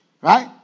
Right